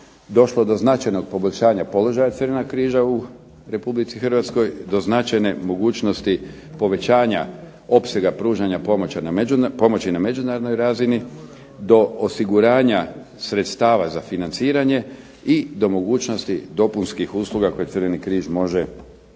došlo do značajnog poboljšanja položaja Crvenog križa u Republici Hrvatskoj, do značajne mogućnosti povećanja opsega pružanja pomoći na međunarodnoj razini, do osiguranja sredstava za financiranje i do mogućnosti dopunskih usluga koje Crveni križ može pružati